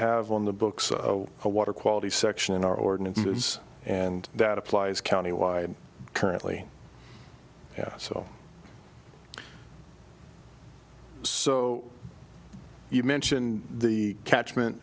have on the books of a water quality section in our ordinances and that applies countywide currently so so you mentioned the catchment